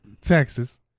Texas